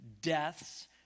deaths